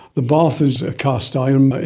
the bath is cast iron,